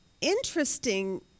Interesting